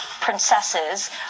princesses